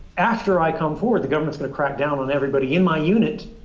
after i come forward, the governance of the crackdown on everybody in my unit.